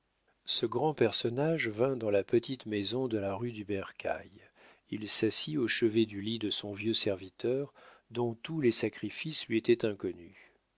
ce grand personnage vint dans la petite maison de la rue du bercail il s'assit au chevet du lit de son vieux serviteur dont tous les sacrifices lui étaient inconnus